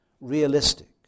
realistic